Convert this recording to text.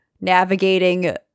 navigating